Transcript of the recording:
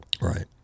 Right